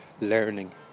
learning